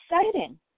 exciting